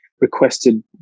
requested